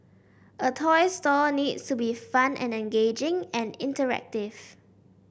a toy store needs to be fun and engaging and interactive